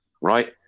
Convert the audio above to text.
right